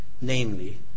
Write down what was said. namely